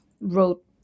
wrote